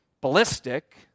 ballistic